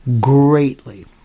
greatly